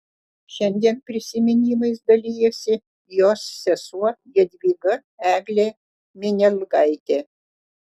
šiandien prisiminimais dalijasi jos sesuo jadvyga eglė minialgaitė